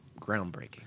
groundbreaking